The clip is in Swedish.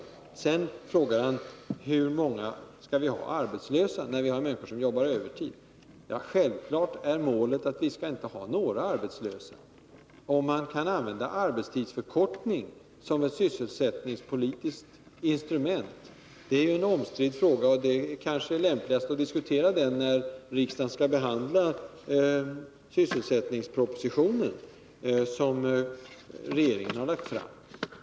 Lars-Ove Hagberg frågade hur många som skall gå arbetslösa, när vi har människor som jobbar övertid. Självklart är målet att vi inte skall ha några arbetslösa. Om man kan använda arbetstidsförkortning som ett sysselsättningspolitiskt instrument är en omstridd fråga. Det är kanske lämpligast att diskutera den när riksdagen skall behandla den sysselsättningsproposition som regeringen har lagt fram.